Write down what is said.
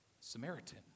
Samaritan